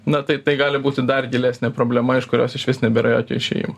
na taip tai gali būti dar gilesnė problema iš kurios išvis nebėra jokio išėjimo